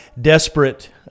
desperate